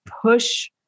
push